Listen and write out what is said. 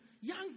Young